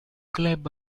club